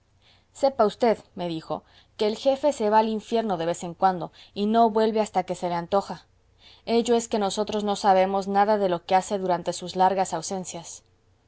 mis guardianes sepa v me dijo que el jefe se va al infierno de vez en cuando y no vuelve hasta que se le antoja ello es que nosotros no sabemos nada de lo que hace durante sus largas ausencias